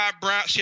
Brown